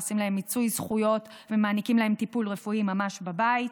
ועושות להם מיצוי זכויות ומעניקות להם טיפול רפואי ממש בבית.